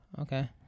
Okay